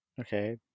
Okay